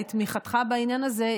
לתמיכתך בעניין הזה,